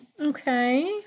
Okay